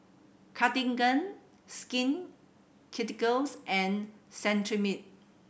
Cartigain Skin Ceuticals and Cetrimide